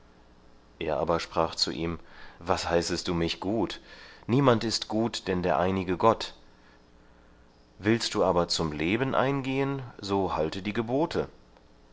er aber sprach zu ihm was heißest du mich gut niemand ist gut denn der einige gott willst du aber zum leben eingehen so halte die gebote